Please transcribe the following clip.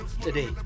today